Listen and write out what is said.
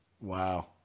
Wow